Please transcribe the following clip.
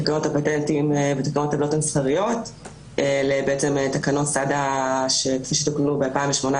תקנות הפטנטים ותקנות עוולות מסחריות לתקנות סד"א כפי שתוקנו ב-2018,